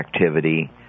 activity